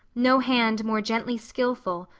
no hand more gently skillful,